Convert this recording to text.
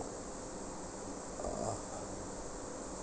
(uh huh)